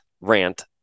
rant